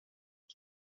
att